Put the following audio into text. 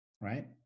right